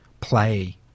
play